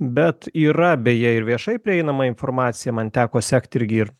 bet yra beje ir viešai prieinama informacija man teko sekt irgi ir